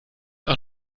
auch